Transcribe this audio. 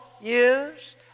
years